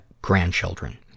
grandchildren